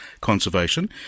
Conservation